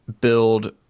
build